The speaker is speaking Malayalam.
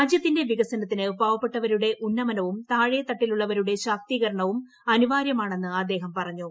രാജ്യത്തിന്റെ വികസനത്തിന് പാവപ്പെട്ടവരുടെ ഉന്നമനവും താഴെ തട്ടിലുള്ളവരുടെ ശാക്തീകരണവും അനിവാര്യമാണെന്ന് അദ്ദേഹം പറഞ്ഞു